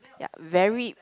ya very